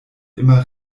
immer